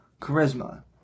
charisma